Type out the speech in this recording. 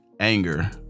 anger